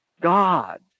God